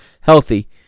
healthy